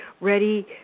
ready